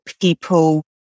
people